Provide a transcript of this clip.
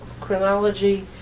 chronology